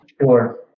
Sure